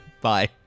Bye